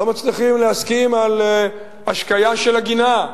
לא מצליחים להסכים על השקיה של הגינה,